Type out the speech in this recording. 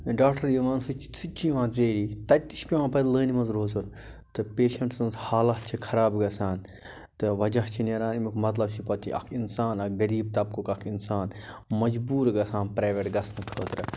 doctor یِوان سُہ تہِ چھِ سُہ تہِ یِوان ژیٖرۍ تَتہِ تہِ چھِ پٮ۪وان پَتہٕ لٲنہِ منٛز روزُن تہٕ پیشنٛٹ سٕنٛز حالات چھِ خراب گَژھان تہٕ وَجہ چھُ نیران اَمیُک مطلب چھِ پتہٕ یہِ اَکھ اِنسان اَکھ غریٖب طبقُک اَکھ اِنسان مجبوٗر گژھان پرٛایویٹ گژھنہٕ خٲطرٕ